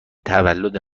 تولد